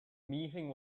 meeting